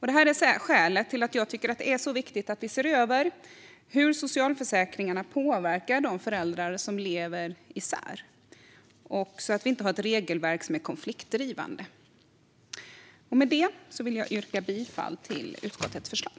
Detta är skälet till att jag tycker att det är så viktigt att vi ser över hur socialförsäkringarna påverkar de föräldrar som lever isär, så att vi inte har ett regelverk som är konfliktdrivande. Med detta vill jag yrka bifall till utskottets förslag.